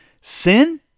Sin